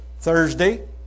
Thursday